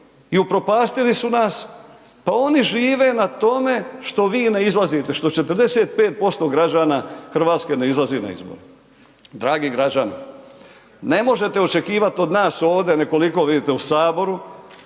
i upropastili su nas, pa oni žive na tome, što vi ne izlazite što 45% građana Hrvatske ne izlazi na izbore. Dragi građani, ne možete očekivati od nas ovdje, ne koliko vidite u Saboru,